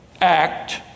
act